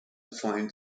find